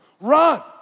Run